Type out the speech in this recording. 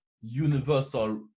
universal